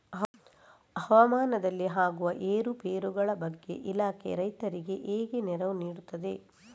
ಹವಾಮಾನದಲ್ಲಿ ಆಗುವ ಏರುಪೇರುಗಳ ಬಗ್ಗೆ ಇಲಾಖೆ ರೈತರಿಗೆ ಹೇಗೆ ನೆರವು ನೀಡ್ತದೆ?